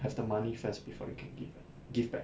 have the money first before you can give back give back